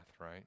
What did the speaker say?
right